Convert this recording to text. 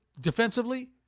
defensively